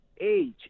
age